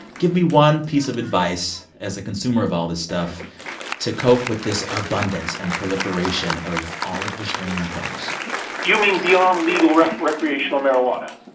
give me one piece of advice as a consumer of all this stuff to cope with this abundance and proliferation of all of the streaming things you mean beyond legal recreational marijuana?